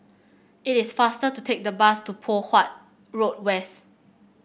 it is faster to take the bus to Poh Huat Road West